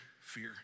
fear